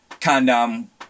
condom